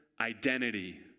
identity